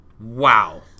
Wow